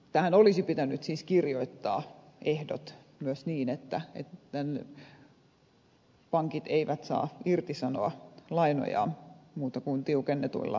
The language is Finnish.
tähän olisi pitänyt siis kirjoittaa ehdot myös niin että pankit eivät saa irtisanoa lainojaan muuten kuin tiukennetuilla ehdoilla